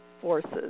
forces